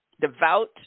devout